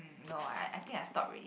no I I think I stop already